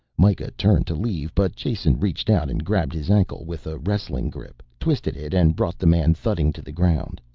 mikah turned to leave but jason reached out and grabbed his ankle with a wrestling grip, twisted it and brought the man thudding to the ground.